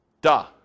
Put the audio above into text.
Duh